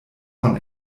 von